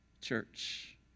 church